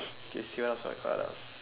do you see what's my class